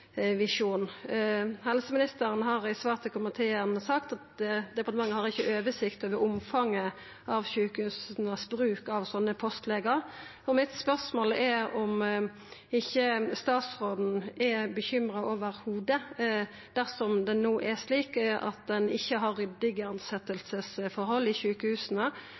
Helseministeren har i svar til komiteen sagt at departementet ikkje har oversikt over omfanget av bruken til sjukehusa av slike postlegar. Mitt spørsmål er om ikkje statsråden i det heile er bekymra dersom det no er slik at ein ikkje har ryddige tilsetjingsforhold i sjukehusa,